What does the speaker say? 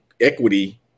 equity